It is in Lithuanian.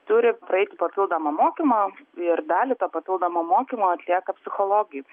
turi praeiti papildomą mokymą ir dalį to papildomo mokymo atlieka psichologai